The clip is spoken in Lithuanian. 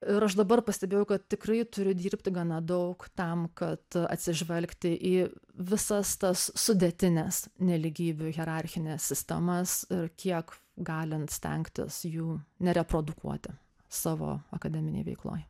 ir aš dabar pastebėjau kad tikrai turiu dirbti gana daug tam kad atsižvelgti į visas tas sudėtines nelygybių hierarchines sistemas ir kiek galint stengtis jų nereprodukuoti savo akademinėj veikloj